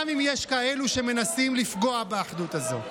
גם אם יש כאלה שמנסים לפגוע באחדות הזאת.